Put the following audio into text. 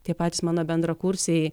tie patys mano bendrakursiai